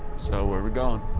so where are we going?